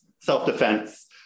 self-defense